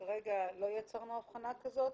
כרגע לא יצרנו הבחנה כזאת